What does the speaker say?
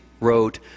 wrote